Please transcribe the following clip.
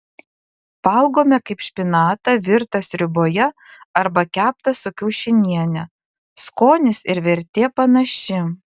valgome kaip špinatą virtą sriuboje arba keptą su kiaušiniene skonis ir vertė panaši